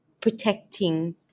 protecting